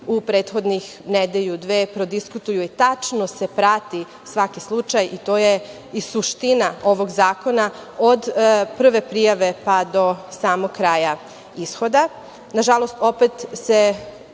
u prethodnih nedelju, dve, prodiskutuju i tačno se prati svaki slučaj i to je i suština ovog zakona od prve prijave pa do samog kraja ishoda. Nažalost, opet se